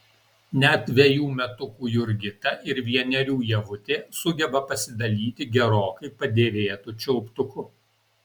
net dvejų metukų jurgita ir vienerių ievutė sugeba pasidalyti gerokai padėvėtu čiulptuku